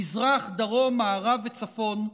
מזרח, דרום, מערב וצפון,